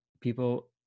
people